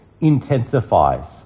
intensifies